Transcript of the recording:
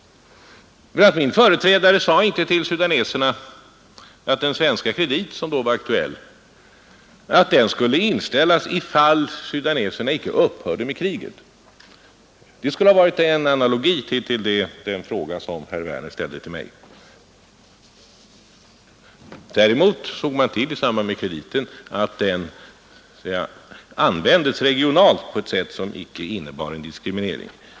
Min företrädare sade inte till sudaneserna att den svenska kredit som då var aktuell skulle inställas, ifall de icke upphörde med kriget. Det skulle ha varit en analogi till den fråga som herr Werner ställde till mig. Däremot såg man till vid beviljandet av krediten att den användes regionalt på ett sätt som icke innebar en diskriminering.